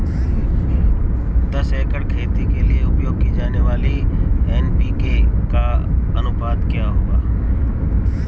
दस एकड़ खेती के लिए उपयोग की जाने वाली एन.पी.के का अनुपात क्या होगा?